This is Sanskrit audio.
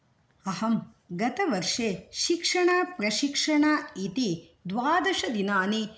अहं गतवर्षे शिक्षणप्रशिक्षण इति द्वादशदिनानि